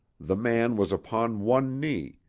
the man was upon one knee,